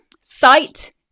sight